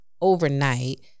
overnight